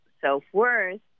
self-worth